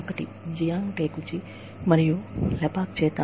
ఒకటి Jiang Takeuchi మరియు Lepak చేత